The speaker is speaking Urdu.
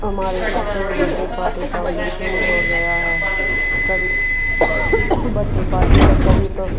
ہمارے علاقے میں بڈڈے پارٹی تو اب مشہوڑ ہو گیا ہے کبھی بڈڈے پارٹی پہ کبھی تو